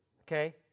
okay